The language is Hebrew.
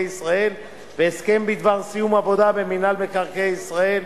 ישראל והסכם בדבר סיום העבודה במינהל מקרקעי ישראל.